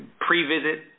pre-visit